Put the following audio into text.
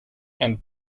and